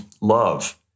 love